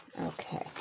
Okay